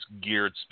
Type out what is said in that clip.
geared